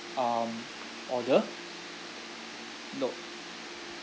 um order no